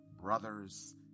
brothers